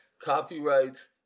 copyrights